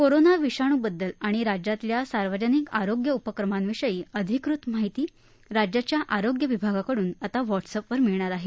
corona विषाणू बद्दल व राज्यातल्या सार्वजनिक आरोग्य उपक्रमांविषयी अधिकृत माहिती राज्याच्या आरोग्य विभागाकडून आता व्हॉट्सअपवर मिळणार आहे